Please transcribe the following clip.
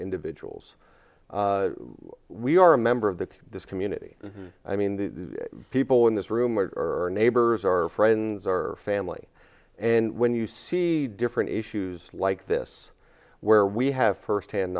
individuals we are a member of the community i mean the people in this room or are neighbors or friends or family and when you see different issues like this where we have firsthand